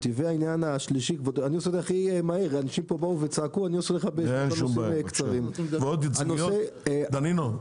דנינו,